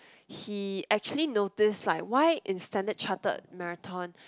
he actually notice like why in Standard Chartered marathon